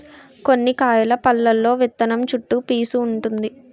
కొన్ని కాయల పల్లులో విత్తనం చుట్టూ పీసూ వుంటుంది